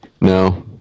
No